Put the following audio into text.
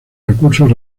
recursos